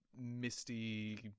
misty